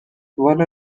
والا